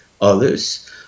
others